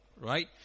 right